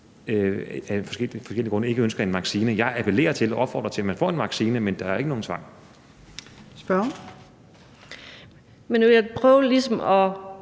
af forskellige grunde ikke ønsker en vaccine. Jeg appellerer til og opfordrer til, at man får en vaccine, men der er ikke nogen tvang. Kl. 15:16 Fjerde næstformand